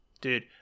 Dude